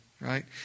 Right